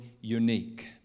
unique